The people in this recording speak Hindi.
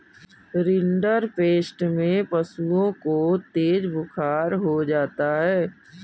रिंडरपेस्ट में पशुओं को तेज बुखार हो जाता है